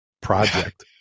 project